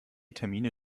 termine